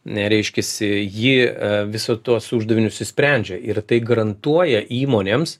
ne reiškiasi ji viso tuos uždavinius išsprendžia ir tai garantuoja įmonėms